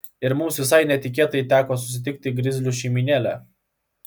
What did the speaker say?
ir mums visai netikėtai teko susitikti grizlių šeimynėlę